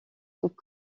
tout